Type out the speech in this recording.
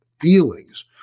feelings